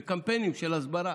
בקמפיינים של הסברה.